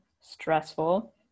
stressful